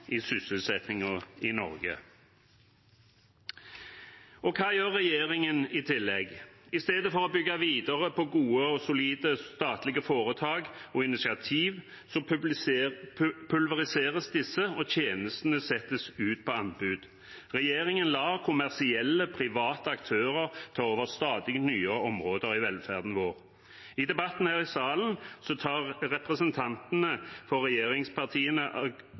i sysselsettingen i Norge. Og hva gjør regjeringen i tillegg? I stedet for å bygge videre på gode og solide statlige foretak og initiativ pulveriseres disse, og tjenestene settes ut på anbud. Regjeringen lar kommersielle, private aktører ta over stadig nye områder i velferden vår. I debatten her i salen tar representantene for regjeringspartiene